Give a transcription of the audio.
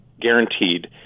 guaranteed